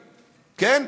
כן?